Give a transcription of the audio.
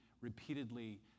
repeatedly